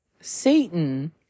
Satan